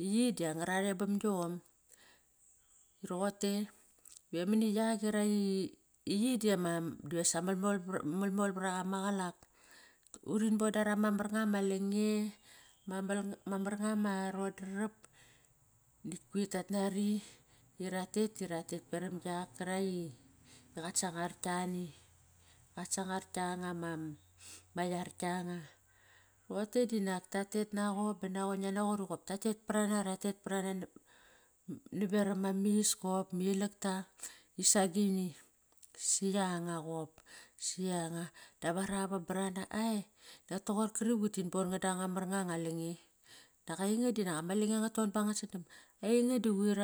Yi diangararebam gia am, roqote ve mani yak divasa malmol var aqa maqalak. Urin boda rama mar nga ma lange, ma mar nga ma rondrap nakt quir tat nari, iratet diratet peram giak karak i qat sangar ktlani. Qat sangar kianga ma yar kianga, roqote dinak tat tet naqo ban naqo. Ngia naqot iqop tatet parana ratet parana nevam ama is kop ma ilakta isa gini, si yanga qop si yanga. Dap ara vam barana ai nak toqon gri quir tinbon ngan danga mar nga, nga lange. Dak ainge dinak ama lange ngadon banganasdam, einge da quir